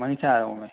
وہیں سے آ رہا ہوں میں